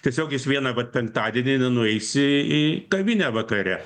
tiesiog jis vieną vat penktadienį nenueis į į kavinę vakare